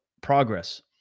progress